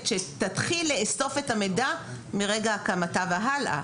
שתתחיל לאסוף את המידע מרגע הקמתה והלאה.